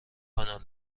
کانال